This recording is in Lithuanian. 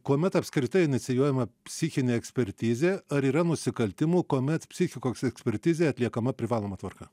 kuomet apskritai inicijuojama psichinė ekspertizė ar yra nusikaltimų kuomet psichikos ekspertizė atliekama privaloma tvarka